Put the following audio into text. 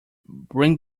bring